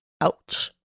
Ouch